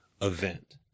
event